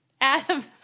Adam